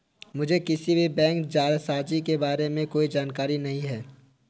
मुझें किसी भी बैंक जालसाजी के बारें में कोई जानकारी नहीं है